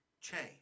change